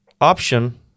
option